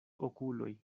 okuloj